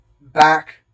back